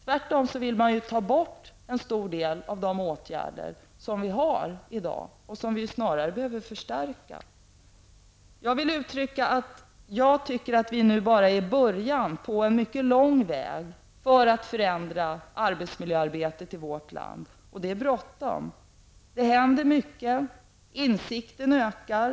Tvärtom vill de avskaffa en stor del av de åtgärder som vi har i dag och som vi snarare behöver förstärka. Jag menar att vi nu bara är i början på en mycket lång väg för att förändra arbetsmiljöverksamheten i vårt land, och det är bråttom. Det händer mycket. Insikten ökar.